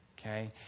okay